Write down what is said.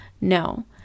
No